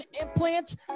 implants